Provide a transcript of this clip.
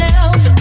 else